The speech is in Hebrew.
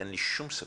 אין לי שום ספק,